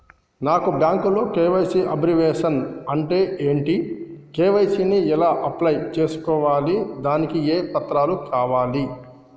నాకు బ్యాంకులో KYC abbreviation అంటే ఏంటి కే.వై.సీ ని ఎలా అప్లై చేసుకోవాలి దానికి ఏ పత్రాలు కావాలి?